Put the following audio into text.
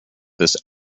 this